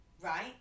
Right